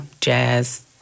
jazz